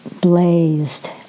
blazed